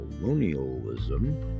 colonialism